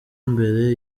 imbere